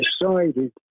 decided